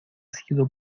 sido